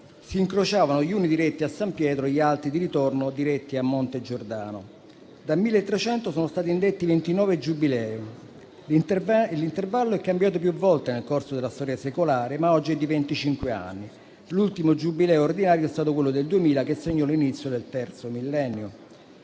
si incrociavano gli uni diretti a San Pietro, gli altri - di ritorno - diretti a Monte Giordano. Dal 1300 sono stati indetti 29 giubilei, l'intervallo è cambiato più volte nel corso della storia secolare, ma oggi è di venticinque anni; l'ultimo Giubileo ordinario è stato quello del 2000, che segnò l'inizio del terzo millennio.